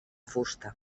fusta